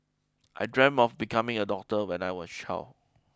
I dreamt of becoming a doctor when I was child